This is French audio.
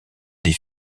des